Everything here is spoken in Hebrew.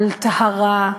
על טהרה,